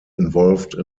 involved